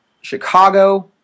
Chicago